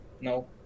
no